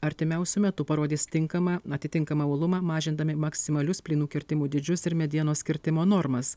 artimiausiu metu parodys tinkamą atitinkamą uolumą mažindami maksimalius plynų kirtimų dydžius ir medienos kirtimo normas